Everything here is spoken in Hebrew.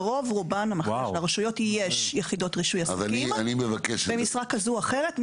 ברוב רובן המכריע של הרשויות יש יחידות רישוי עסקים במשרה כזו או אחרת.